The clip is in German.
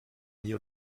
nie